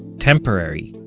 temporary.